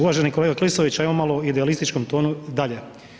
Uvaženi kolega Klisoviću ajmo malo u idealističkom tonu dalje.